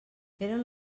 eren